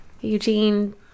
eugene